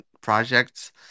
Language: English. projects